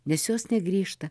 nes jos negrįžta